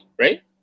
right